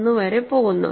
0 വരെ പോകുന്നു